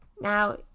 Now